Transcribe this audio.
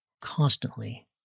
constantly